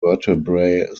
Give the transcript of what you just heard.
vertebrae